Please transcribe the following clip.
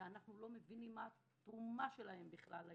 שאנחנו לא מבינים מה תרומתם בכלל לילדים.